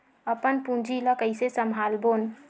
अपन पूंजी ला कइसे संभालबोन?